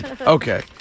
Okay